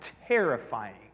terrifying